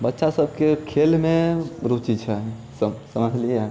बच्चा सबके खेलमे रुचि छै समझलियै